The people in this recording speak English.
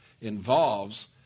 involves